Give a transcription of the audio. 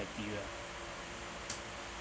criteria